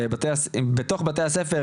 בתוך בתי הספר,